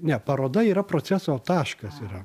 ne paroda yra proceso taškas yra